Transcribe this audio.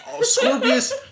Scorpius